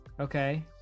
Okay